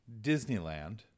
Disneyland